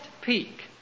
peak